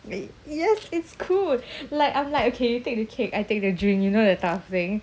ye~ yes it's cool like I'm like okay you take the cake I take the drink you know that type of thing